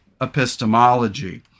epistemology